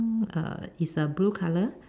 uh is a blue color